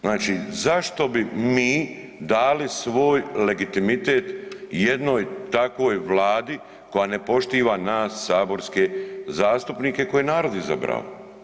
Zašto bi mi dali svoj legitimitet jednoj takvoj Vladi koja ne poštiva nas saborske zastupnike koje je narod izabrao?